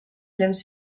cents